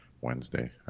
Wednesday